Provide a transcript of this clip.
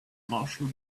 marshall